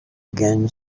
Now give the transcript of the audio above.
again